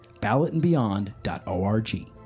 BallotAndBeyond.org